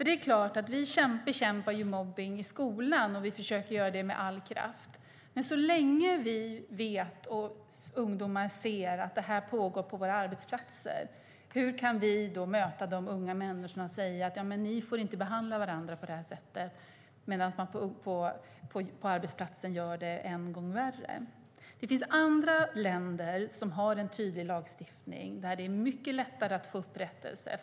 Vi bekämpar mobbning i skolan och försöker att göra det med all kraft, men så länge vi vet och ungdomar ser att det här pågår på våra arbetsplatser, hur kan vi då möta de unga människorna och säga att de inte får behandla varandra på det här sättet, medan man på arbetsplatser gör det än värre? Det finns andra länder som har en tydlig lagstiftning som gör det mycket lättare att få upprättelse.